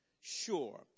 sure